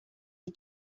you